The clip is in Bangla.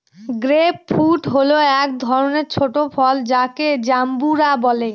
গ্রেপ ফ্রুট হল এক ধরনের ছোট ফল যাকে জাম্বুরা বলে